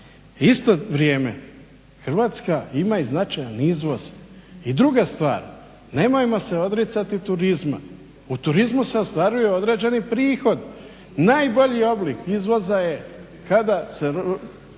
isto vrijeme Hrvatska ima i značajan izvoz. I druga stvar, nemojmo se odmicat turizma, u turizmu se ostvaruju određeni prihodi. Najbolji oblik izvoza je kada se,